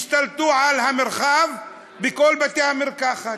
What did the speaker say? השתלטו על המרחב בכל בתי-המרקחת.